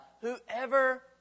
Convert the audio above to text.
whoever